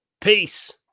Peace